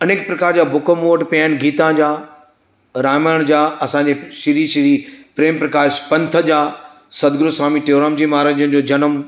अनेक प्रकार जा बुक मूं वटि पिया आहिनि गीता जा रमायण जा असांजे श्री श्री प्रेम प्रकाश पंथ जा सदगुरु स्वामी टीऊंराम महाराजनि जी जो जनमु